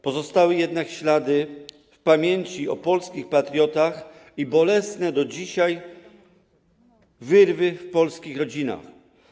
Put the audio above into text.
Pozostały jednak ślady w pamięci o polskich patriotach i bolesne do dzisiaj wyrwy w polskich rodzinach.